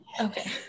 Okay